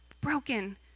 broken